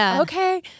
okay